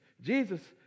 Jesus